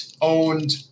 owned